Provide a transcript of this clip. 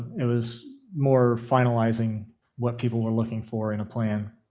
it was more finalizing what people were looking for in a plan.